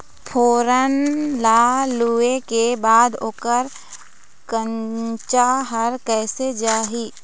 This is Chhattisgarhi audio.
फोरन ला लुए के बाद ओकर कंनचा हर कैसे जाही?